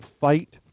fight